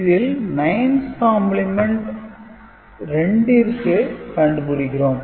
இதில் 9's complement 2 ற்கு கண்டுபிடிக்கிறோம்